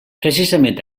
precisament